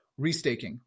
restaking